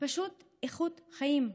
ופשוט איכות חיים,